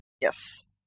Yes